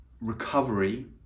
recovery